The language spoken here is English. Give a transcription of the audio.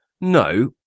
no